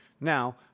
Now